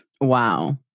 Wow